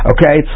Okay